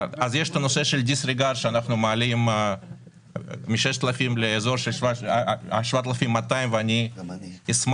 יש את הנושא של דיסריגרד שאנחנו מעלים מ-6,000 לאזור של 7,200 ואני אשמח